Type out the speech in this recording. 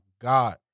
god